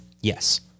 Yes